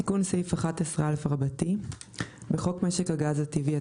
תיקון סעיף 11א 1. בחוק משק הגז הטבעי,